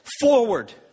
forward